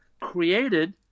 Created